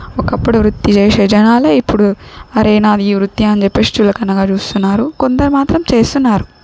ఒకప్పుడు వృత్తి చేసే జనాలే ఇప్పుడు అరే నాది ఈ వృత్తి అని చెప్పేసి చులకనగా చూస్తున్నారు కొందరు మాత్రం చేస్తున్నారు